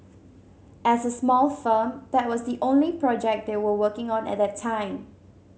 as a small firm that was the only project they were working on at the time